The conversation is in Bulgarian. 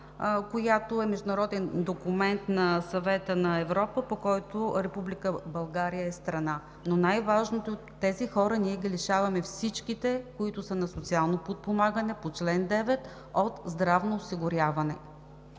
която е международен документ на Съвета на Европа, по който Република България е страна. Най-важното обаче е, че ние лишаваме всичките тези хора, които са на социално подпомагане по чл. 9, от здравно осигуряване.